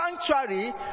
sanctuary